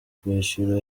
kwishyura